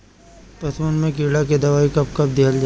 पशुअन मैं कीड़ा के दवाई कब कब दिहल जाई?